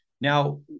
Now